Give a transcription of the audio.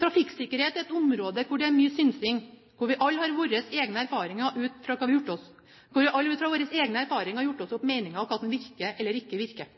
Trafikksikkerhet er et område hvor det er mye synsing, hvor vi alle ut fra våre egne erfaringer har gjort oss opp meninger om hva som virker eller ikke virker.